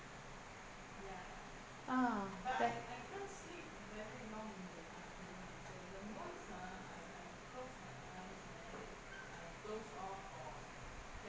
ah that